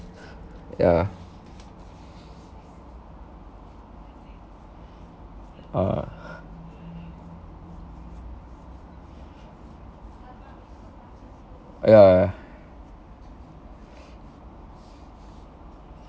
ya uh ya